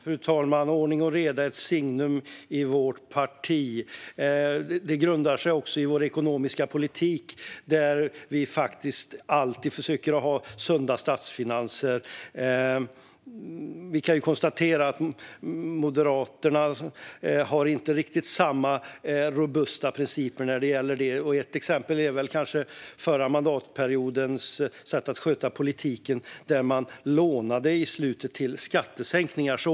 Fru talman! Ordning och reda är ett signum i vårt parti. Det grundar sig också i vår ekonomiska politik där vi alltid försöker att ha sunda statsfinanser. Vi kan konstatera att Moderaterna inte riktigt har samma robusta principer, och ett exempel är kanske förra mandatperiodens sätt att sköta politik. I slutet av mandatperioden lånade man till skattesänkningar.